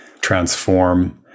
transform